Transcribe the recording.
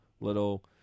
little